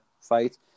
fight